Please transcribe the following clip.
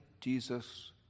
Jesus